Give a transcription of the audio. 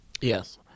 Yes